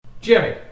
Jimmy